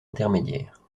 intermédiaire